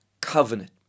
covenant